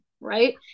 right